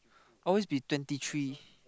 always be twenty three